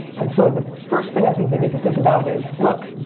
and so the first thing i think they need to think about is, look,